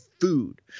food